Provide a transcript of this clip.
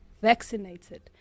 vaccinated